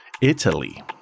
Italy